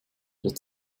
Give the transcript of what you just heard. der